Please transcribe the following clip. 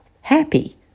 happy